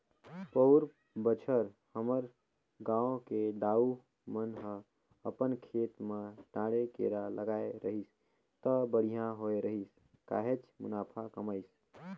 पउर बच्छर हमर गांव के दाऊ मन ह अपन खेत म डांड़े केरा लगाय रहिस त बड़िहा होय रहिस काहेच मुनाफा कमाइस